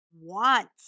want